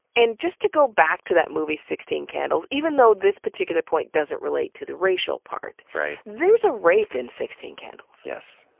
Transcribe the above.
and just to go back to that movie, sixteen candles even though this particular point doesn't related to the racial part. there's a rape in sixteen candles. yes.